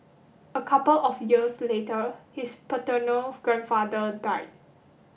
a couple of years later his paternal grandfather died